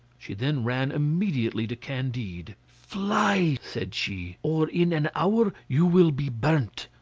she then ran immediately to candide. fly, said she, or in an hour you will be burnt.